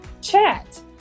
chat